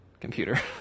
computer